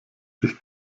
sich